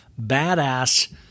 badass